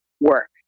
work